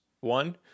One